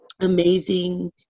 amazing